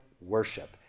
Worship